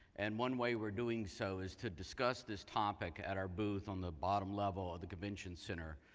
and one way we're doing so is to discuss this topic at our both on the bottom level of the convention center.